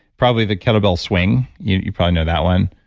probably the kettlebell swing, you probably know that one